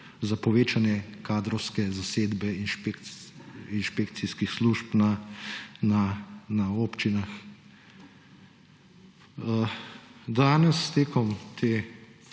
za povečanje kadrovske zasedbe inšpekcijskih služb na občinah. Danes tekom te